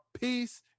Peace